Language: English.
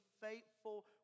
faithful